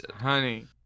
Honey